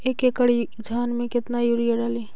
एक एकड़ धान मे कतना यूरिया डाली?